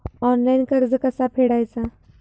Online कर्ज कसा फेडायचा?